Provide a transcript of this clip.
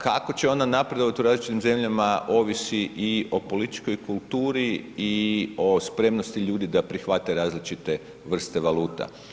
Kako će ona napredovati u različitim zemljama ovisi i o političkoj kulturi i o spremnosti ljudi da prihvate različite vrste valuta.